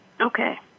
Okay